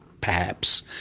perhaps,